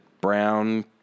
brown